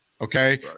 okay